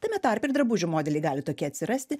tame tarpe ir drabužių modeliai gali tokie atsirasti